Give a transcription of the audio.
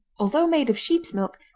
although made of sheep's milk,